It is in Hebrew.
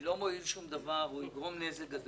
לא מועיל שום דבר ויגרום נזק גדול.